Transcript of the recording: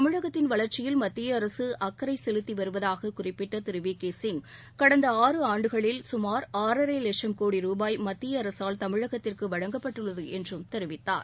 தமிழகத்தின் வளர்ச்சியில் மத்திய அரசு அக்கறை செலுத்தி வருவதாகக் குறிப்பிட்ட திரு வி கே சிங் கடந்த ஆறு ஆண்டுகளில் சுமார் ஆறரை வட்சும் கோடி ரூபாய் மத்திய அரசால் தமிழகத்திற்கு வழங்கப்பட்டுள்ளது என்றும் தெரிவித்தார்